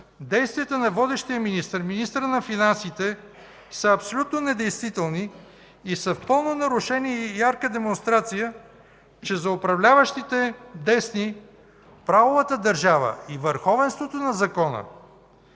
действията на водещия министър – министъра на финансите, са абсолютно недействителни и са в пълно нарушение и ярка демонстрация, че за управляващите десни правовата държава и върховенството на закона,